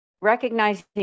recognizing